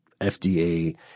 FDA